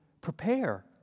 prepare